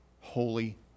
holy